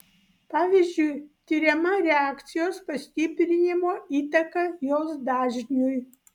pavyzdžiui tiriama reakcijos pastiprinimo įtaka jos dažniui